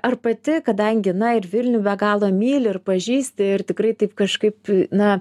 ar pati kadangi na ir vilnių be galo myli ir pažįsti ir tikrai taip kažkaip na